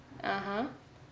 (uh huh)